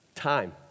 Time